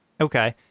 Okay